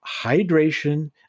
hydration